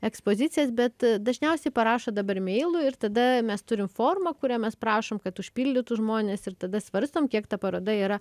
ekspozicijas bet dažniausiai parašo dabar imeilu ir tada mes turim formą kurią mes prašom kad užpildytų žmonės ir tada svarstom kiek ta paroda yra